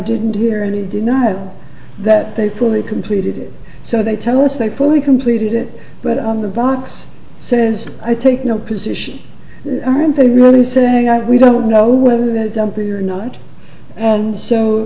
didn't hear any denial that they fully completed it so they tell us they fully completed it but on the box says i take no position aren't they really saying that we don't know whether that m p or not and so